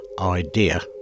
idea